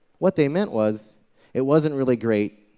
what they meant was it wasn't really great,